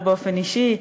לא באופן אישי,